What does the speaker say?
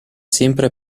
sempre